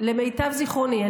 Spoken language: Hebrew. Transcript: למיטב זיכרוני.